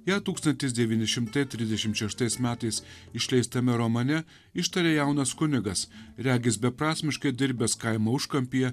ją tūkstantis devyni šimtai trisdešimt šeštais metais išleistame romane ištarė jaunas kunigas regis beprasmiškai dirbęs kaimo užkampyje